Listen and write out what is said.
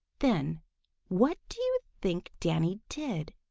then what do you think danny did?